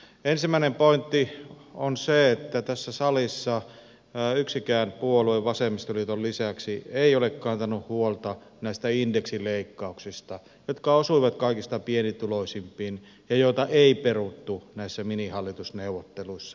ensimmäinen pointti on se että tässä salissa yksikään puolue vasemmistoliiton lisäksi ei ole kantanut huolta näistä indeksileikkauksista jotka osuivat kaikista pienituloisimpiin ja joita ei peruttu näissä minihallitusneuvotteluissa